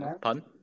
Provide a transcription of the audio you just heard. Pun